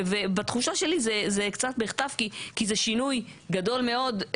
ובתחושה שלי זה קצת מחטף כי זה שינוי גדול מאוד,